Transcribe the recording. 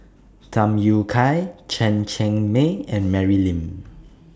Tham Yui Kai Chen Cheng Mei and Mary Lim